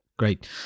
Great